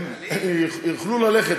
הם יוכלו ללכת,